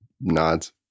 nods